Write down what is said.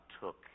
took